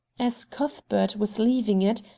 as cuthbert was leaving it,